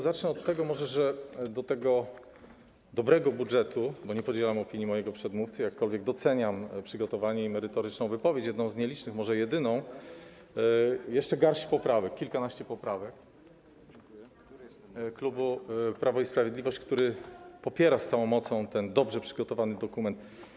Zacznę może od tego, że do tego dobrego budżetu - bo nie podzielam opinii mojego przedmówcy, jakkolwiek doceniam przygotowanie i merytoryczną wypowiedź, jedną z nielicznych, może jedyną - jeszcze garść poprawek, kilkanaście poprawek klubu Prawo i Sprawiedliwość, który popiera z całą mocą ten dobrze przygotowany dokument.